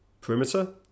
perimeter